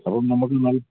അപ്പം നമുക്ക് എന്നാൽ